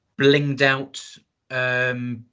blinged-out